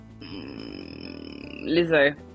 Lizzo